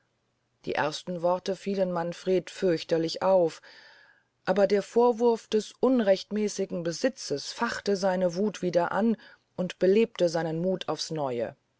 die ersten worte fielen manfred fürchterlich auf aber der vorwurf des unrechtmässigen besitzes fachte seine wuth wieder an und belebte seinen muth aufs neue